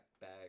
Bag